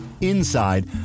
Inside